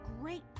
great